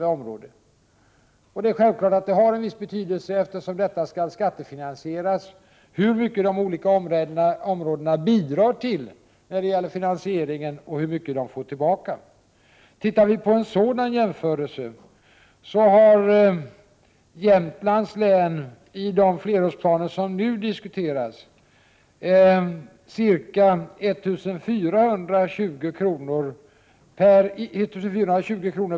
Eftersom detta skall skattefinansieras är det självklart att det har en viss betydelse hur mycket av finansieringen de olika områdena bidrar till och hur mycket de får tillbaka. En sådan jämförelse visar att det i Jämtlands län, enligt de flerårsplaner som nu diskuteras, investeras ca 1 420 kr.